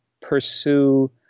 pursue